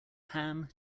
ham